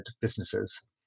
businesses